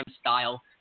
style